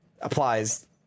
applies